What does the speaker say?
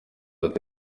ati